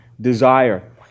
desire